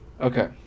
okay